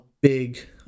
big